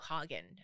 Hagen